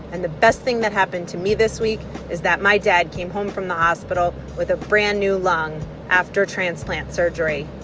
and the best thing that happened to me this week is that my dad came home from the hospital with a brand-new lung after transplant surgery.